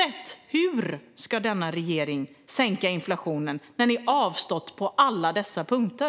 Hur ska denna regering sänka inflationen när ni har avstått på alla dessa punkter?